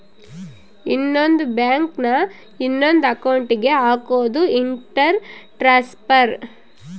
ಇನ್ನೊಂದ್ ಬ್ಯಾಂಕ್ ನ ಇನೊಂದ್ ಅಕೌಂಟ್ ಗೆ ಹಕೋದು ಇಂಟರ್ ಟ್ರಾನ್ಸ್ಫರ್